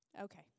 Okay